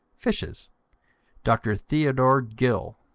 fishes dr. theodore gill,